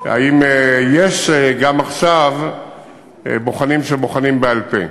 אם יש גם עכשיו בוחנים שבוחנים בעל-פה.